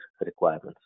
requirements